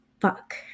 fuck